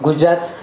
Gujarat